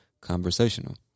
conversational